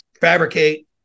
fabricate